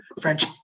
French